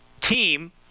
team